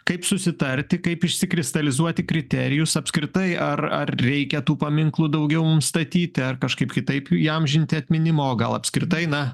kaip susitarti kaip išsikristalizuoti kriterijus apskritai ar ar reikia tų paminklų daugiau mum statyti ar kažkaip kitaip įamžinti atminimo gal apskritai na